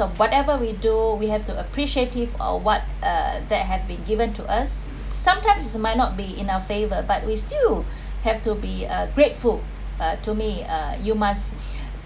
of whatever we do we have to appreciative of what uh that had been given to us sometimes it might not be in our favor but we still have to be uh grateful uh to me uh you must